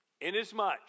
Inasmuch